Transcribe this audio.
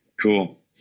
cool